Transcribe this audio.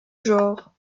genre